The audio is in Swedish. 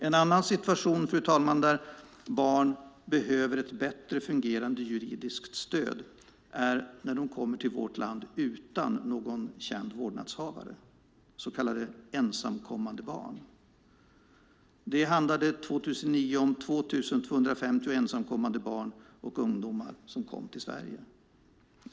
En annan situation, fru talman, där barn behöver ett bättre fungerande juridiskt stöd är när de kommer till vårt land utan någon känd vårdnadshavare, så kallade ensamkommande barn. Det handlade 2009 om 2 250 ensamkommande barn och ungdomar som kom till Sverige.